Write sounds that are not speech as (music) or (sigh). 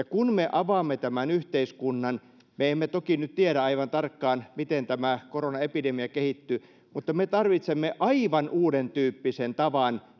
(unintelligible) kun me avaamme tämän yhteiskunnan me emme toki nyt tiedä aivan tarkkaan miten tämä koronaepidemia kehittyy me tarvitsemme aivan uudentyyppisen tavan (unintelligible)